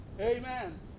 Amen